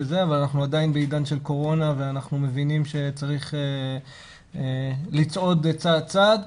אבל אנחנו עדיין בעידן של קורונה ואנחנו מבינים שצריך לצעוד צעד-צעד.